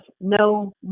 no